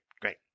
great